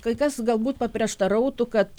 kai kas galbūt paprieštarautų kad